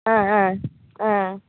ஆஆ ஆ